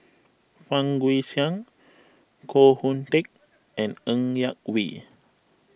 Fang Guixiang Koh Hoon Teck and Ng Yak Whee